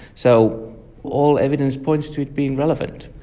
so all evidence points to it being relevant.